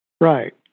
Right